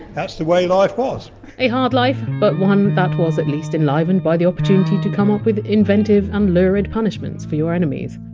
that's the way life was a hard life, but one that was at least enlivened by the opportunity to come up with inventive and lurid punishments for your enemies.